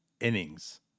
innings